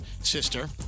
sister